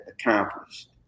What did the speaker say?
accomplished